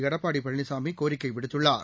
எடப்பாடிபழனிசாமிகோரிக்கைவிடுத்துள்ளார்